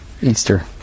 Easter